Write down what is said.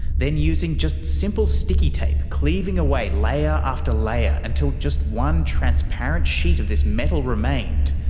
then using just simple sticky tape, cleaving away layer after layer until just one transparent sheet of this metal remained,